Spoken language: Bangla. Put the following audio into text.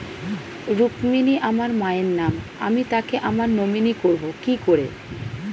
রুক্মিনী আমার মায়ের নাম আমি তাকে আমার নমিনি করবো কি করে?